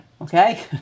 okay